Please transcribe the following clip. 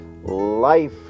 Life